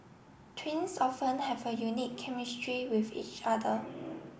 twins often have a unique chemistry with each other